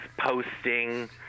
posting